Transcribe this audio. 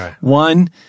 One